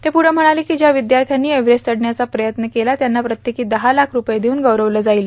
ते पुढं म्हणाले की ज्या विद्यार्थ्यांनी एव्हरेस्ट चढण्याचा प्रयत्न केला त्यांना प्रत्येकी दहा लाख रुपये देऊन गौरविलं जाईल